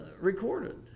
recorded